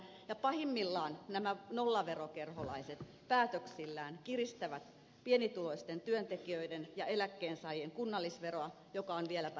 ja pahimmillaan nämä nollaverokerholaiset päätöksillään kiristävät pienituloisten työntekijöiden ja eläkkeensaajien kunnallisveroa joka on vieläpä tasavero